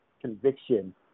conviction